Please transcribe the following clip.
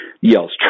yells